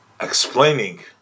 explaining